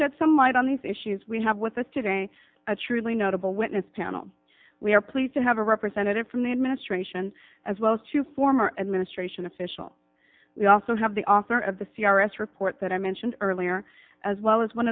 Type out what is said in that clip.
shed some light on these issues we have with us today a truly notable witness panel we are pleased to have a representative from the administration as well as two former administration official we also have the author of the c r s report that i mentioned earlier as well as one